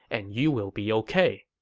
and you will be ok.